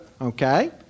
okay